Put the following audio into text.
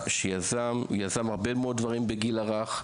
שיזם הרבה מאוד דברים בתחום הגיל הרך.